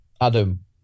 Adam